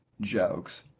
jokes